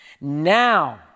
Now